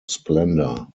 splendor